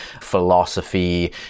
philosophy